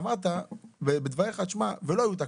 אמרת בדבריך שלא היו תקלות.